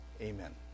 Amen